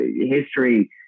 history